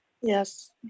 Yes